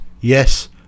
Yes